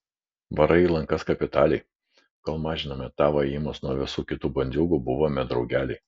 varai į lankas kapitaliai kol mažinome tavo ėjimus nuo visų kitų bandiūgų buvome draugeliai